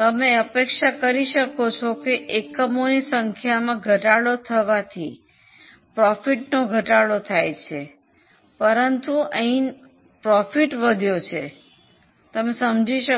તમે અપેક્ષા કરી શકો છો કે એકમોની સંખ્યામાં ઘટાડો થવાથી નફામાં ઘટાડો થાય છે પરંતુ અહીં નફો વધ્યો છે તમે સમજો છો